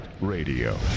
Radio